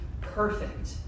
perfect